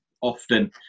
often